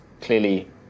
clearly